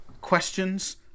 questions